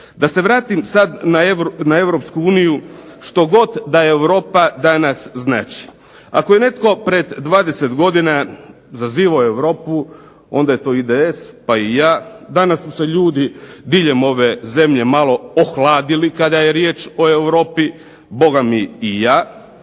Da se vratim sad na Europsku uniju, štogod da Europa danas znači. Ako je netko pred 20 godina zazivao Europu onda je to IDS, pa i ja, danas su se ljudi diljem ove zemlje malo ohladili kada je riječ o Europi, bogami i ja,